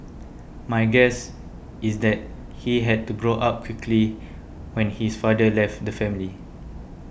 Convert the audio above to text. my guess is that he had to grow up quickly when his father left the family